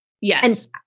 Yes